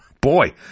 boy